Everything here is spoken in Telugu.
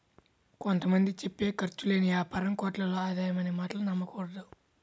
కొంత మంది చెప్పే ఖర్చు లేని యాపారం కోట్లలో ఆదాయం అనే మాటలు నమ్మకూడదు